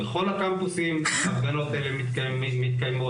בכל הקמפוסים הפגנות כאלה מתקיימות,